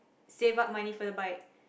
save up money for the bike